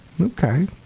Okay